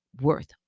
worth